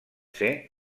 ser